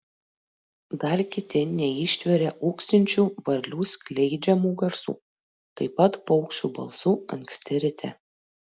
dar kiti neištveria ūksinčių varlių skleidžiamų garsų taip pat paukščių balsų anksti ryte